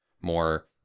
more